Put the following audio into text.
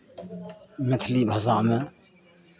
मैथिली भाषामे